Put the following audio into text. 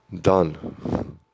Done